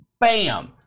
bam